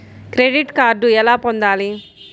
Credit card ఎలా పొందాలి?